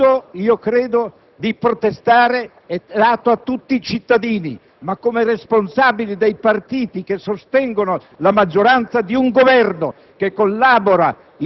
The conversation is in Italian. vadano in piazza probabilmente per protestare contro il Presidente degli Stati Uniti. Naturalmente, credo che il diritto di